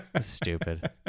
Stupid